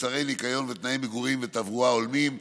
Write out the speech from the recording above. מוצרי ניקיון ותנאי מגורים ותברואה הולמים,